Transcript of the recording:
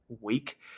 week